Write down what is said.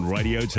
Radio